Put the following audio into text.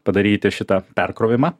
padaryti šitą perkrovimą